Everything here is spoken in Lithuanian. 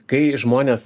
kai žmonės